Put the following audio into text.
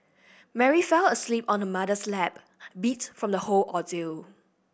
Mary fell asleep on her mother's lap beat from the whole ordeal